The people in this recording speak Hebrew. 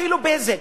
אפילו "בזק",